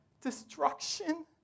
destruction